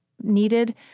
needed